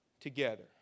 Together